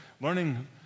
learning